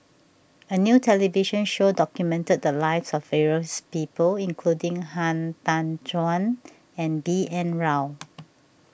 a new television show documented the lives of various people including Han Tan Juan and B N Rao